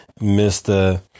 Mr